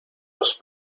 los